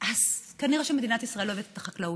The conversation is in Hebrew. אז כנראה שמדינת ישראל אוהבת את החקלאות.